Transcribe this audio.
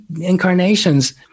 incarnations